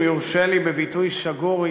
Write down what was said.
אם יורשה לי בביטוי שגור,